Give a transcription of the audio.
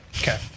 Okay